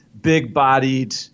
big-bodied